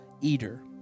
Eater